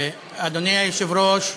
אדוני היושב-ראש,